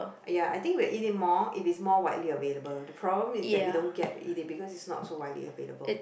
ya I think will eat it more it is more widely available the problem is that we don't get to eat it because it's not so widely available